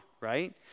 right